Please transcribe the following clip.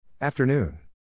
Afternoon